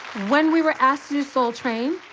when we were asked to soul train,